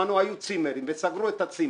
בזמנו היו צימרים וסגרו אותם